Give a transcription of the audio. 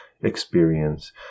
experience